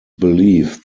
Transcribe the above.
believe